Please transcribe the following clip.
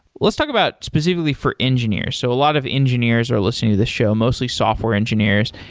let's talk about specifically for engineers. so a lot of engineers are listening to this show, mostly software engineers,